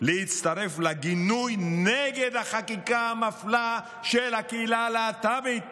לגינוי החקיקה המפלה של הקהילה הלהט"בית בהונגריה.